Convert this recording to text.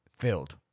filled